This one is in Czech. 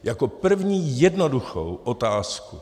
Jako první jednoduchou otázku.